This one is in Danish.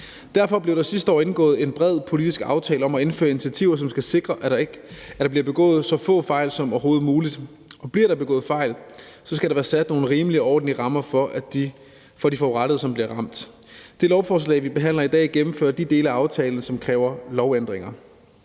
Derfor blev der sidste år indgået en bred politisk aftale om at indføre initiativer, som skal sikre, at der bliver begået så få fejl som overhovedet muligt. Og bliver der begået fejl, skal der være sat nogle rimelige og ordentlige rammer for de forurettede, som bliver ramt. Det lovforslag, vi behandler i dag, gennemfører de dele af aftalen, som kræver lovændringer.